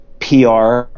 PR